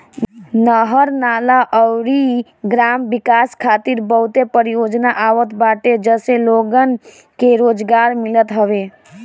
नहर, नाला अउरी ग्राम विकास खातिर बहुते परियोजना आवत बाटे जसे लोगन के रोजगार मिलत हवे